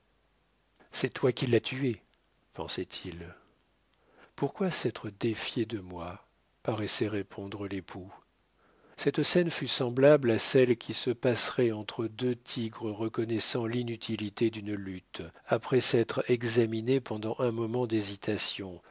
c'est toi qui l'as tuée pensait-il pourquoi s'être défié de moi paraissait répondre l'époux cette scène fut semblable à celle qui se passerait entre deux tigres reconnaissant l'inutilité d'une lutte après s'être examinés pendant un moment d'hésitation